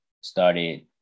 started